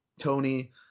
Tony